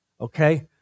Okay